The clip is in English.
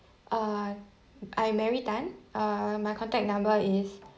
uh I am mary tan uh my contact number is